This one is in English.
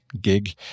gig